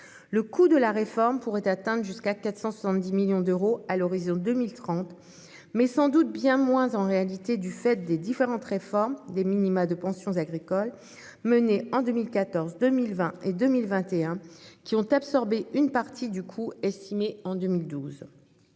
Le coût de la réforme pourrait atteindre jusqu'à 470 millions d'euros à l'horizon 2030, mais sans doute bien moins en réalité du fait des différentes réformes des minima de pension des retraités agricoles menées en 2014, en 2020 et en 2021, qui ont absorbé une partie du coût évalué en 2012.